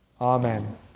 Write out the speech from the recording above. Amen